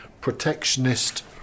protectionist